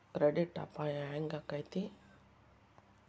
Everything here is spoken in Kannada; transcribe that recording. ಕ್ರೆಡಿಟ್ ಅಪಾಯಾ ಹೆಂಗಾಕ್ಕತೇ?